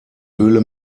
höhle